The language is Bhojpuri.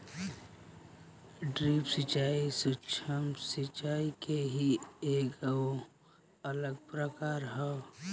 ड्रिप सिंचाई, सूक्ष्म सिचाई के ही एगो अलग प्रकार ह